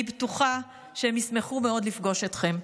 אני בטוחה שהם ישמחו מאוד לפגוש אתכם.